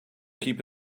keep